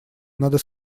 надо